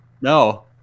No